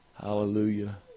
Hallelujah